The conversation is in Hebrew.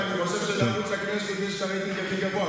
אני חושב שלערוץ הכנסת יש את הרייטינג הכי גבוה,